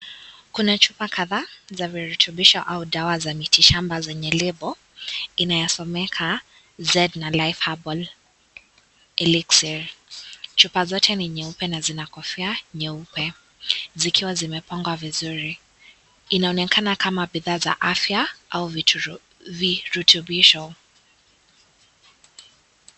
Kuna chupa kadhaa za virutubisho au dawa za mitishamba zenye lebo inayosomeka: Zephania Herbal Elexril chupa zote ni nyeupe na zina kofia nyeupe zikiwa zimepangwa vizuri inaonekana kama bidhaa za afya au virutubisho.